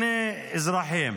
עברייניים?